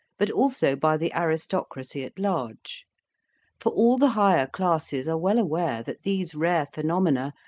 but also by the aristocracy at large for all the higher classes are well aware that these rare phenomena,